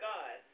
God